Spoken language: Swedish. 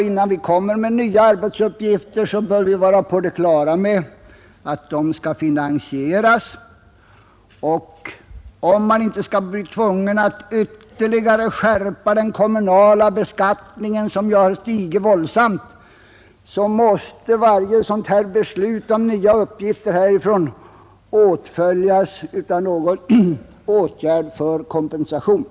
Innan vi kommer med nya arbetsuppgifter bör vi alltså vara på det klara med att de skall finansieras, och om man inte skall bli tvungen att ytterligare skärpa den kommunala beskattningen, som ju har stigit våldsamt, måste varje beslut härifrån om nya uppgifter åtföljas av någon åtgärd för kompensation.